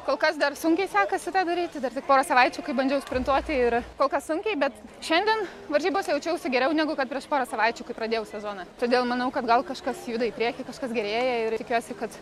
kol kas dar sunkiai sekasi tą daryti dar tik porą savaičių kai bandžiau sprintuoti ir kol kas sunkiai bet šiandien varžybose jaučiausi geriau negu kad prieš porą savaičių kai pradėjau sezoną todėl manau kad gal kažkas juda į priekį kažkas gerėja ir tikiuosi kad